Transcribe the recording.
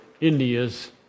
India's